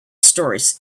stories